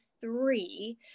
three